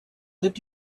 lived